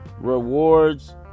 rewards